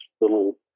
little